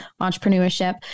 entrepreneurship